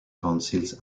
councils